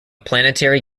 planetary